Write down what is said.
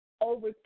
over